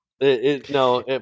No